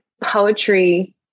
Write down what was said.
poetry